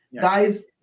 Guys